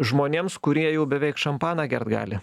žmonėms kurie jau beveik šampaną gert gali